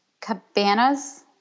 Cabana's